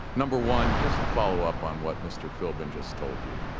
number one, just a follow-up on what mr. philbin just told you,